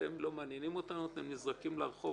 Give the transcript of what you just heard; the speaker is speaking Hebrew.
אתם לא מעניינים אותנו, אתם נזרקים לרחוב.